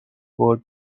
word